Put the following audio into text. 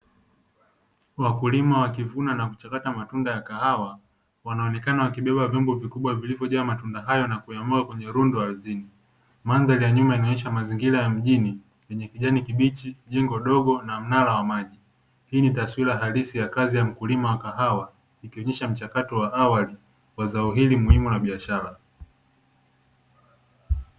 Wakulima wakivuna na kuchakata matunda ya kahawa wanaonekana wakibeba vyombo vikubwa vilivyojaa matunda hayo na kuyamwaga kwenye rundo ardhini. Mandhari ya nyuma yanaonyesha mazingira ya mjini yenye kijani kibichi, jengo dogo, na mnara wa maji. Hii ni taswira halisi ya kazi ya mkulima wa kahawa, ikionyesha mchakato wa awali kwa zao hili muhimu la biashara.